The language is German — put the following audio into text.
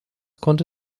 konnte